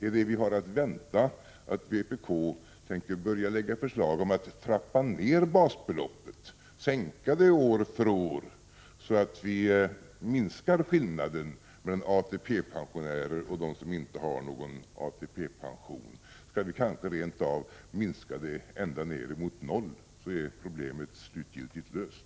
Är det vi har att vänta att vpk börjar lägga fram förslag om att trappa ner basbeloppet, sänka det år för år så att vi minskar skillnaden mellan ATP-pensionärer och dem som inte har någon ATP-pension? Skall vi kanske rent av minska det ända ner mot noll så att problemet blir slutgiltigt löst?